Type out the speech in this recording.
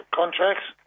contracts